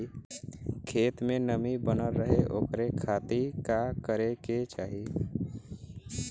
खेत में नमी बनल रहे ओकरे खाती का करे के चाही?